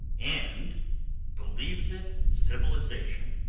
and believes it civilization.